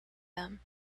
them